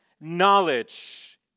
knowledge